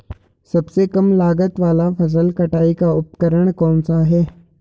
सबसे कम लागत वाला फसल कटाई का उपकरण कौन सा है?